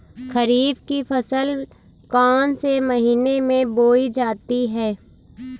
खरीफ की फसल कौन से महीने में बोई जाती है?